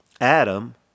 Adam